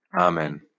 Amen